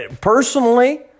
personally